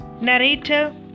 Narrator